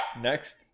Next